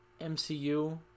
mcu